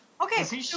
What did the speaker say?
Okay